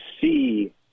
see